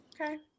Okay